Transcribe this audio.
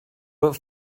but